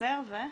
שחסר ו-?